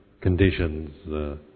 conditions